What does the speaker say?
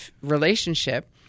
relationship